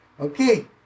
Okay